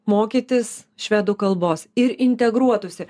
mokytis švedų kalbos ir integruotųsi